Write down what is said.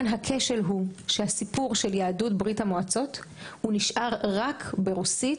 הכשל הוא שהסיפור של יהדות ברית המועצות נשאר רק ברוסית,